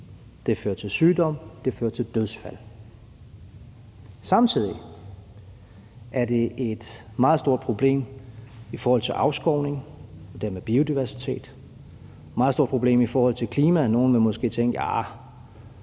Det fører til sygdom, det fører til dødsfald. Samtidig er det et meget stort problem i forhold til afskovning og dermed biodiversitet i forhold til klimaet. Nogle vil måske tænke: Arh,